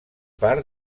part